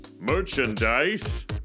Merchandise